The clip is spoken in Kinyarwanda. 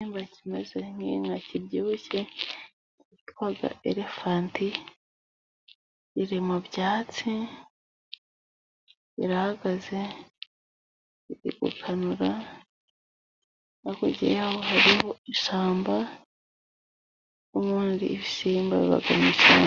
Igisimba kimeze nk'inka kibyibushye cyitwa elefanti iri mu byatsi irahagaze, irigukanura hakurya y'aho hari ishyamba n'ibindi bisimba.